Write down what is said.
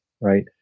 right